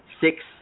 six